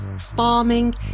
farming